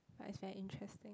but it's very interesting